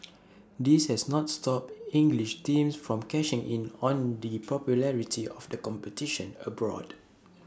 this has not stopped English teams from cashing in on the popularity of the competition abroad